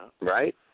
Right